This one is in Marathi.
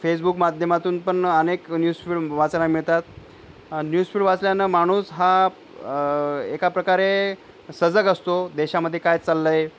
फेसबुक माध्यमातूनपण अनेक न्यूज फीड वाचायला मिळतात न्यूज पेपर वाचल्यानं माणूस हा एका प्रकारे सजग असतो देशामध्ये काय चाललं आहे